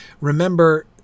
Remember